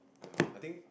ya I think